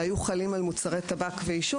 שהיו חלים על מוצרי טבק ועישון,